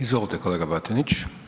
Izvolite kolega Batinić.